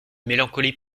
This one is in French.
mélancolie